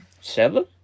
Seven